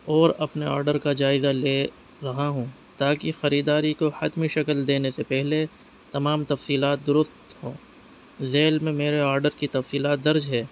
اور اپنے آڈر کا جائزہ لے رہا ہوں تاکہ خریداری کو حتمی شکل دینے سے پہلے تمام تفصیلات درست ہوں ذیل میں میرے آرڈر کی تفصیلات درج ہے